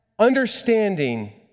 understanding